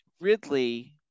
Ridley